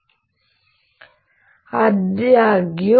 M ಸಮಾನವಾಗಿರುತ್ತದೆ ಮತ್ತು 10